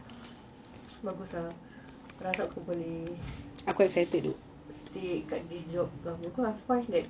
bagus berharap kau boleh stay kat this job lama I find that